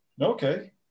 okay